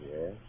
Yes